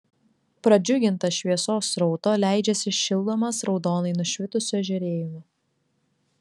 pradžiugintas šviesos srauto leidžiasi šildomas raudonai nušvitusio žėrėjimo